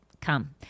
come